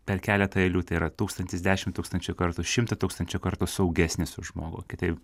per keletą eilių tai yra tūkstantis dešimt tūkstančių kartų šimtą tūkstančių kartų saugesnis už žmogų kitaip